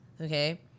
Okay